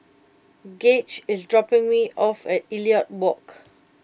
Gauge is dropping me off at Elliot Walk